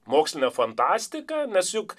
mokslinę fantastiką nes juk